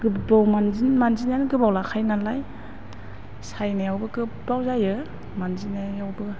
गोबाव मान्जिनायानो गोबाव लाखायो नालाय सायनायावबो गोबाव जायो मान्जिनायावबो